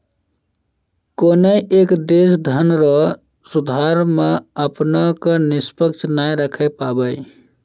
कोनय एक देश धनरो सुधार मे अपना क निष्पक्ष नाय राखै पाबै